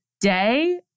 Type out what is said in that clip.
day